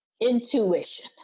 intuition